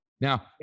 Now